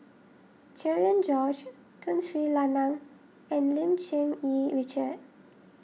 Cherian George Tun Sri Lanang and Lim Cherng Yih Richard